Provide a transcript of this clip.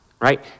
right